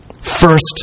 first